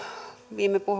viime